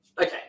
okay